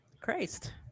Christ